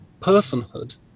personhood